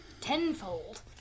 tenfold